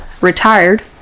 retired